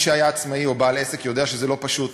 מי שהיה עצמאי או בעל עסק יודע שזה לא פשוט.